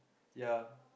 ya